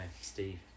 Steve